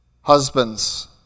husbands